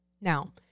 Now